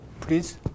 Please